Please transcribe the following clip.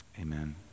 amen